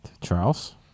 Charles